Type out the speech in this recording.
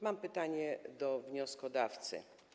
Mam pytanie do wnioskodawcy.